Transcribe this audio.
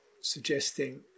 suggesting